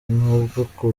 n’ubwo